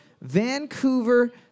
Vancouver